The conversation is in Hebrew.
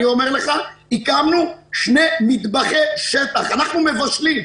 אני אומר לך: הקמנו שני מטבחי שטח ושם אנחנו מבשלים.